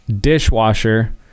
dishwasher